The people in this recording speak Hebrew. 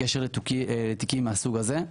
בקשר לתיקים מהסוג הזה.